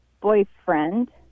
boyfriend